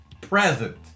present